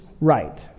right